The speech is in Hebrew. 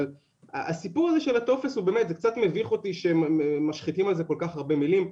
אבל הסיפור של הטופס קצת מביך אותי שמשחיתים על זה כל כך הרבה מילים.